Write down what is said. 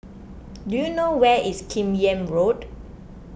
do you know where is Kim Yam Road